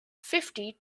fifty